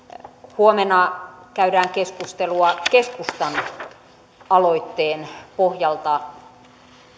huomenna käydään keskustelua keskustan aloitteen pohjalta